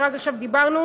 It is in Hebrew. שרק עכשיו דיברנו,